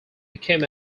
became